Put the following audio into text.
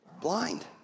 blind